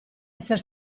esser